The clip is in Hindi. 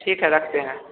ठीक है रखते हैं